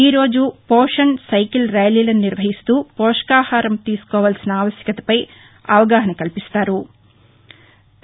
ఈ రోజు పోషణ్ సైకిల్ ర్యాలీలను నిర్వహిస్తూ పోషకాహారం తీసుకోవాల్సిన ఆవశ్యకతపై అవగాహన కల్పిస్తారు